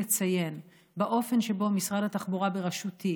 חשוב לציין באופן שבו משרד התחבורה בראשותי